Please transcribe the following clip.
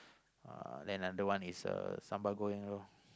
uh then another one is uh sambal goreng loh